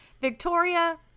Victoria